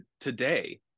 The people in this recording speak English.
today